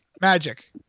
magic